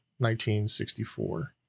1964